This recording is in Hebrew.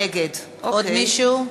נגד עוד מישהו?